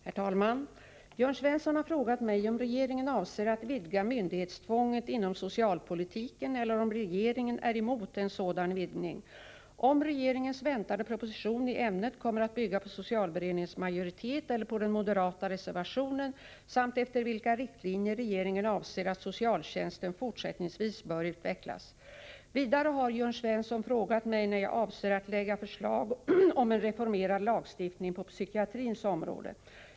Herr talman! Jörn Svensson har frågat mig om regeringen avser att vidga myndighetstvånget inom socialpolitiken eller om regeringen är emot en sådan vidgning, om regeringens väntade proposition i ämnet kommer att bygga på socialberedningens majoritet eller på den moderata reservationen samt efter vilka riktlinjer regeringen anser att socialtjänsten fortsättningsvis bör utvecklas. Vidare har Jörn Svensson frågat mig när jag avser att lägga fram förslag om en reformerad lagstiftning på psykiatrins område.